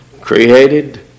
created